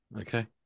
okay